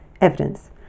evidence